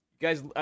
Guys